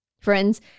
Friends